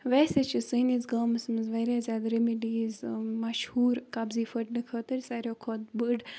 ویسے چھِ سٲنِس گامَس منٛز واریاہ زیادٕ ریٚمِڈیٖز مَشہوٗر کَبزی پھٔٹنہٕ خٲطر ساروٕے کھۄتہٕ بٔڑ